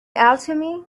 alchemy